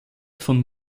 von